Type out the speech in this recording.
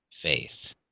faith